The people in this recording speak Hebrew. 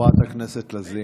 חברת הכנסת לזימי.